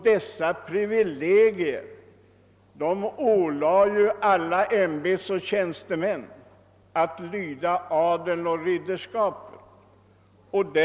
Dessa privilegier ålade ju ämbetsoch tjänstemän att lyda ridderskapet och adeln.